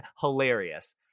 hilarious